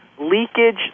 leakage